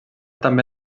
també